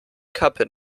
kappe